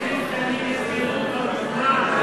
עסקים קטנים נסגרו כבר מזמן,